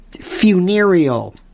Funereal